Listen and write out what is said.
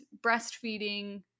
breastfeeding